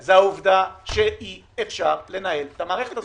זה העובדה שאי אפשר לנהל את המערכת הזאת.